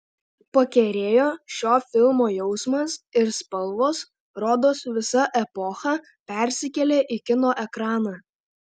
pakerėjo šio filmo jausmas ir spalvos rodos visa epocha persikėlė į kino ekraną